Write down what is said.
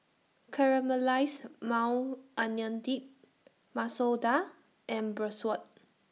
Caramelized Maui Onion Dip Masoor Dal and Bratwurst